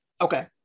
Okay